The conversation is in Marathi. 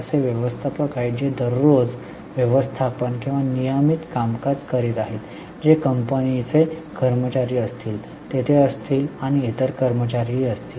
असे व्यवस्थापक आहेत जे दररोज व्यवस्थापन किंवा नियमित कामकाज करीत आहेत जे कंपनीचे कर्मचारी असतील तेथे असतील आणि इतर कर्मचारीही असतील